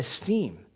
esteem